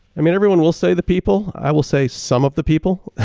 i mean everyone will say the people. i will say some of the people.